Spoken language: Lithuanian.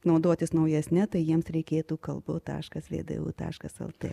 naudotis naujesne tai jiems reikėtų kalbu taškas vdu taškas lt